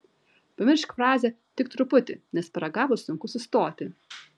pamiršk frazę tik truputį nes paragavus sunku sustoti